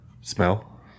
Smell